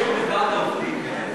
ועד העובדים,